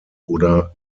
oder